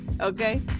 okay